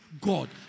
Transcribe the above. God